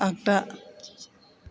आगदा